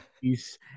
peace